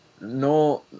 no